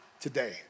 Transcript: today